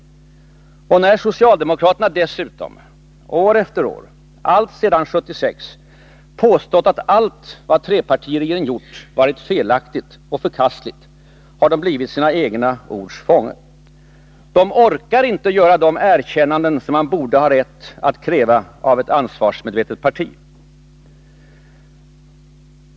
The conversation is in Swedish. Och när socialdemokraterna dessutom år efter år — alltsedan 1976 — påstått att allt vad trepartiregeringarna gjort varit felaktigt och förkastligt, har de blivit sina egna ords fångar. De orkar inte göra de erkännanden som man borde ha rätt att kräva av ett ansvarsmedvetet parti.